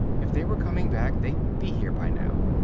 if they were coming back, they'd be here by now.